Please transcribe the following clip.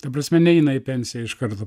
ta prasme neina į pensiją iš karto